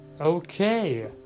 Okay